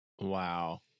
Wow